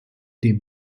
dem